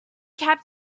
cab